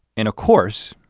and of course,